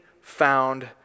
found